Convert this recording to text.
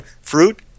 fruit